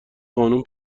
قانون